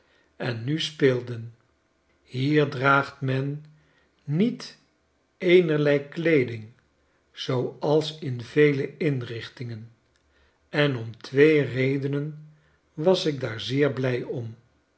en nu speelden hier draagt men niet eenerlei kleeding zooals in vele inrichtingen en om twee redenen was ik daar zeer blij om